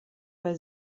bei